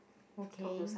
okay